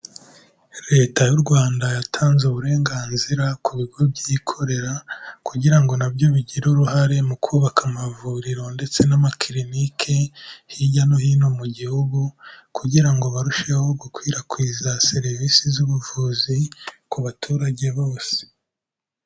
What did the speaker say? Leta y'u Rwanda yatanze uburenganzira ku bigo byikorera kugira ngo nabyo bigire uruhare mu kubaka amavuriro ndetse n'amakinike, hirya no hino mu gihugu, kugira ngo barusheho gukwirakwiza serivisi z'ubuvuzi ku baturage bose.